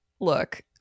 Look